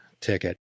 ticket